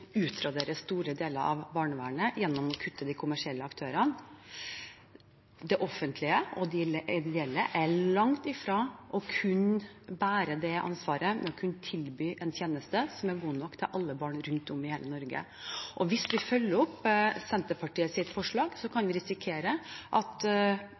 utraderer store deler av barnevernet gjennom å kutte ned på de kommersielle aktørene. Det offentlige og de ideelle er langt fra å kunne bære ansvaret med å kunne tilby en tjeneste som er god nok til alle barn rundt om i hele Norge. Hvis vi fulgte opp Senterpartiets forslag, kunne vi risikert at